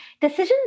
decisions